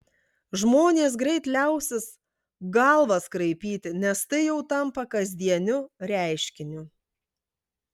žmonės greit liausis galvas kraipyti nes tai jau tampa kasdieniu reiškiniu